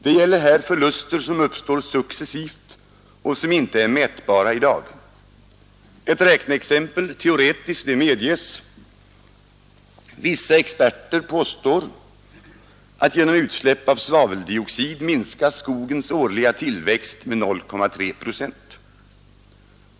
Det gäller här förluster som uppstår successivt och som inte är mätbara i dag. Ett räkneexempel — teoretiskt, det medges. Vissa experter påstår att genom utsläpp av svaveldioxid minskas skogens årliga tillväxt med 0,3 procent.